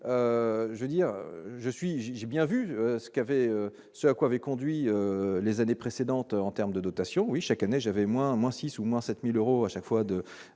bien vu ce qu'avait ce à quoi avait conduit les années précédentes en terme de dotations oui chaque année j'avais moins, moins 6 ou moins 7000 euros à chaque fois de